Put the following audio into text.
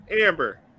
Amber